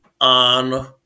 on